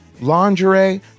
lingerie